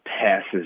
passes